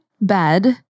bed